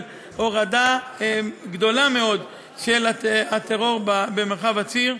על הורדה גדולה מאוד של הטרור במרחב הציר.